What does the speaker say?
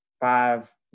five